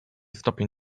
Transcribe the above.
stopień